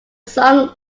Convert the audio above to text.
song